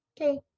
okay